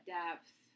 depth